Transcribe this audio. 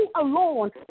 alone